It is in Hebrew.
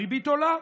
הריבית עולה.